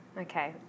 Okay